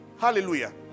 Hallelujah